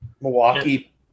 Milwaukee